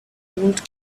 old